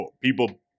people